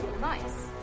nice